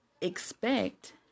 expect